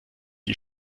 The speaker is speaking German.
die